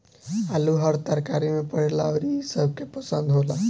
आलू हर तरकारी में पड़ेला अउरी इ सबके पसंद होला